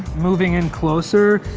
moving in closer,